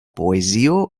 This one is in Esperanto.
poezio